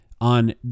on